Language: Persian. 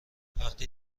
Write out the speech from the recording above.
وقتی